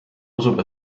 usub